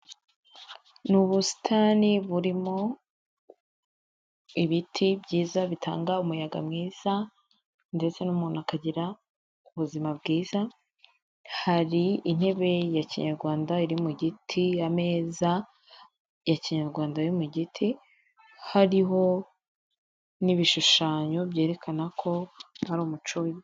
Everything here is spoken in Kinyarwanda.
Ni ubusitani burimo ibiti byiza bitanga umuyaga mwiza ndetse n'umuntu akagira ubuzima bwiza, hari intebe ya kinyarwanda iri mu giti, ameza ya kinyarwanda yo mu giti, hariho n'ibishushanyo byerekana ko hari umuco